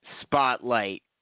spotlight